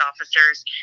officers